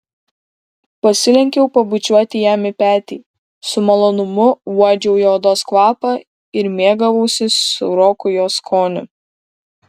pasilenkiau pabučiuoti jam į petį su malonumu uodžiau jo odos kvapą ir mėgavausi sūroku jos skoniu